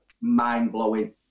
mind-blowing